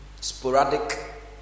Sporadic